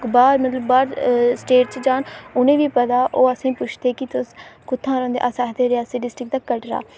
बाहर मतलब बाहर स्टेट च जान तां उ'नेंगी बी पता ते ओह् असेंगी पुच्छदे की तुस कुत्थां आए दे अस आखने रियासी डिस्ट्रिक्ट कटरा